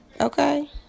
okay